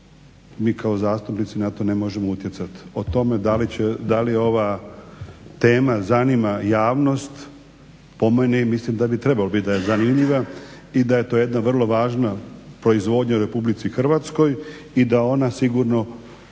mi kao zastupnici na to ne možemo utjecati. O tome da li ova tema zanima javnost po meni mislim da bi trebalo da je zanima i da je to jedna vrlo važna proizvodnja u Republici Hrvatskoj i da ona sigurno